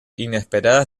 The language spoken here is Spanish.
inesperadas